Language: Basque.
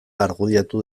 argudiatu